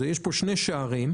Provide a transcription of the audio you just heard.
יש פה שני שערים,